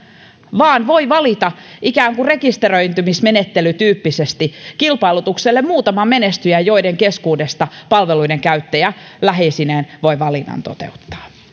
vaan voi valita ikään kuin rekisteröitymismenettelytyyppisesti kilpailutukselle muutaman menestyjän joiden keskuudesta palveluiden käyttäjä läheisineen voi valinnan toteuttaa